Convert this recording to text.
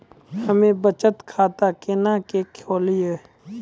हम्मे बचत खाता केना के खोलियै?